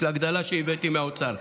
ההגדלה שהבאתי מהאוצר,